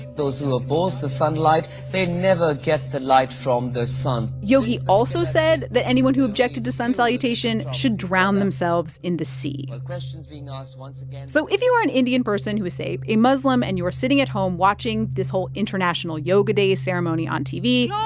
those who oppose the sunlight they never get the light from the sun yogi also said that anyone who objected to sun salutation should drown themselves in the sea. questions being asked, once again. yeah so if you are an indian person who is, say, a muslim and you are sitting at home watching this whole international yoga day ceremony on tv.